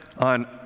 on